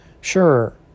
sure